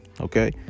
okay